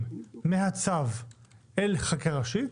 סעיפים מהצו לחקיקה ראשית,